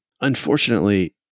Unfortunately